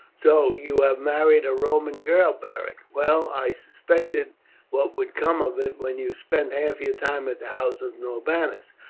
so you have married a roman girl, beric! well, i suspected what would come of it when you spent half your time at the house of norbanus.